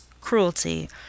cruelty